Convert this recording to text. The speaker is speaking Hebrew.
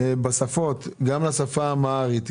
הוא מוסגר לארצות הברית,